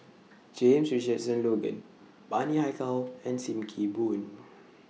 James Richardson Logan Bani Haykal and SIM Kee Boon